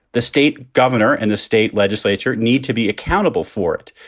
the state governor and the state legislature need to be accountable for it.